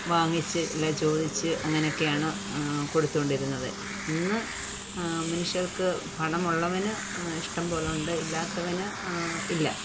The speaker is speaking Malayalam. വാങ്ങിച്ച് അല്ലെങ്കിൽ ചോദിച്ച് അങ്ങനെയൊക്കെയാണ് കൊടുത്തുകൊണ്ടിരുന്നത് ഇന്ന് മനുഷ്യർക്ക് പണമുള്ളവന് ഇഷ്ടംപോലുണ്ട് ഇല്ലാത്തവന് ഇല്ല